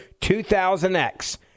2000X